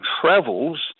travels